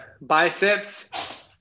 biceps